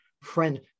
friend